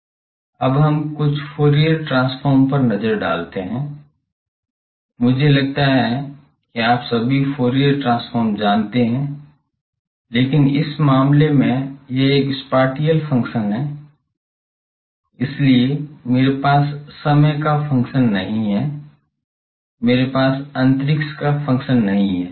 अब हम कुछ फूरियर ट्रांसफॉर्म पर नजर डालते हैं मुझे लगता है कि आप सभी फूरियर ट्रांसफॉर्म जानते हैं लेकिन इस मामले में यह एक स्पाटिअल फंक्शन है इसलिए मेरे पास समय का फंक्शन नहीं है मेरे पास अंतरिक्ष का फंक्शन नहीं है